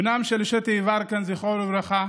בנם של אשטיה יברקן, זכרו לברכה,